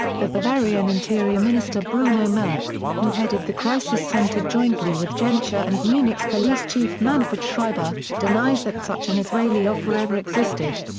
the bavarian interior minister bruno merk, who headed the crisis centre jointly with genscher and munich's police chief manfred schreiber, denies that such an israeli offer ever existed.